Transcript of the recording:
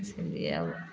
इसलिए अब